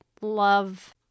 love